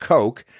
Coke